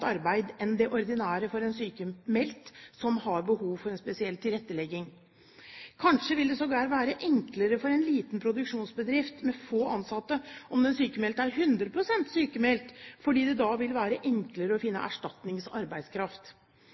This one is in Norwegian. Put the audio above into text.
arbeid enn det ordinære for en sykmeldt som har behov for en spesiell tilrettelegging. Kanskje vil det sågar være enklere for en liten produksjonsbedrift med få ansatte om den sykmeldte er 100 pst. sykmeldt, fordi det da vil være enklere å finne